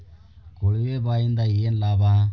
ಕೊಳವೆ ಬಾವಿಯಿಂದ ಏನ್ ಲಾಭಾ?